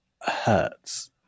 hurts